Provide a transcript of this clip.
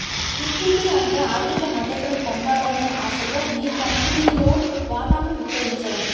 equity అంటే ఆర్థిక మద్దతును పొందాలనే ఆశతో మీ కంపెనీలో వాటాను విక్రయించడం